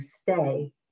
stay